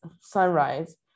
Sunrise